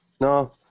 No